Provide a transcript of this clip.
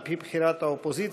על-פי בחירת האופוזיציה,